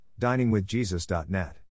DiningWithJesus.net